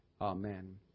Amen